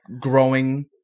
growing